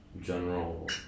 general